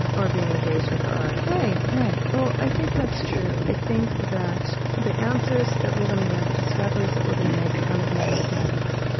and or being engaged with the arts right, right well, i think that's true. i think that the answers that we're going to get, the discoveries that we're going to make are going to be in mathematics.